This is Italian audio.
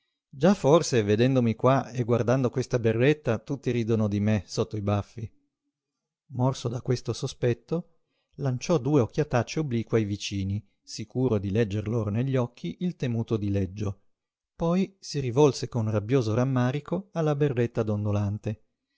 già forse vedendomi qua e guardando questa berretta tutti ridono di me sotto i baffi morso da questo sospetto lanciò due occhiatacce oblique ai vicini sicuro di legger loro negli occhi il temuto dileggio poi si rivolse con rabbioso rammarico alla berretta dondolante